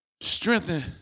strengthen